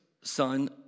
son